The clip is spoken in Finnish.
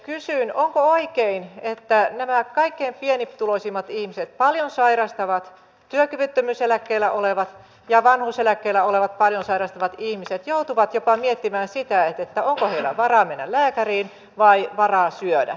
kysyn onko oikein että nämä kaikkein pienituloisimmat ihmiset työkyvyttömyyseläkkeellä olevat ja vanhuuseläkkeellä olevat paljon sairastavat ihmiset joutuvat jopa miettimään sitä onko heillä varaa mennä lääkäriin vai varaa syödä